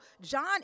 John